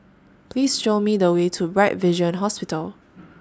Please Show Me The Way to Bright Vision Hospital